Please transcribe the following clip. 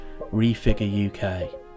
refigureuk